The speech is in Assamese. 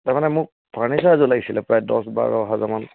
তাৰমানে মোক ফাৰ্নিচাৰ এযোৰ লাগিছিলে প্ৰায় দছ বাৰ হাজাৰমান